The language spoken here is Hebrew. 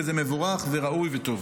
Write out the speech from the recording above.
וזה מבורך וראוי וטוב.